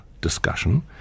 discussion